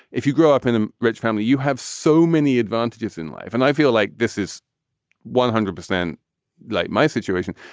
if you grow up in a rich family, you have so many advantages in life. and i feel like this is one hundred percent like my situation,